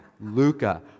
Luca